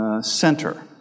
Center